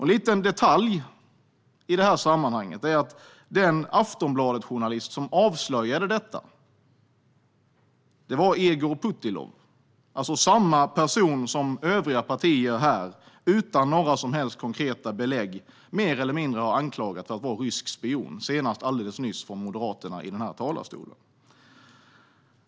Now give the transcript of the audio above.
En liten detalj i detta sammanhang är att den Aftonbladetjournalist som avslöjade detta var Egor Putilov, samma person som övriga partier här, utan några som helst konkreta belägg, mer eller mindre har anklagat för att vara rysk spion, senast alldeles nyss Moderaterna i den här talarstolen.